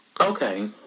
Okay